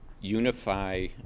unify